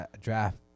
draft